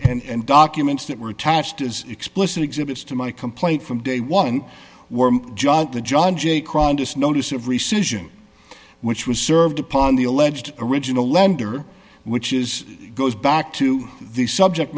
alleged and documents that were attached as explicit exhibits to my complaint from day one were judge the john jay crime just notice of recession which was served upon the alleged original lender which is goes back to the subject